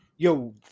Yo